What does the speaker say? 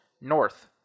north